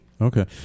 Okay